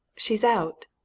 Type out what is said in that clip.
she's out.